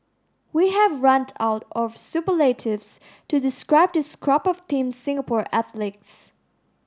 we have run out of superlatives to describe this crop of Team Singapore athletes